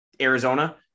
Arizona